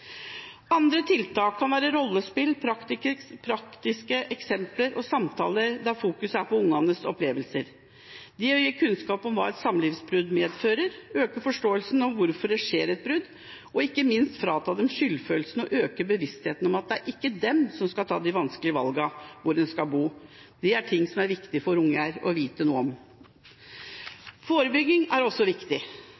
Andre tiltak kan være rollespill, praktiske eksempler og samtaler der fokuseringen er på barnas opplevelser. Det å gi kunnskap om hva et samlivsbrudd medfører, øke forståelsen for hvorfor et brudd skjer, og – ikke minst – frata dem skyldfølelsen og øke bevisstheten om at det ikke er de som skal ta de vanskelige valgene om hvor de skal bo, er ting det er viktig for barn å vite noe om. Forebygging er også viktig.